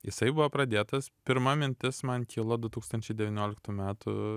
jisai buvo pradėtas pirma mintis man kilo du tūkstančiai devynioliktų metų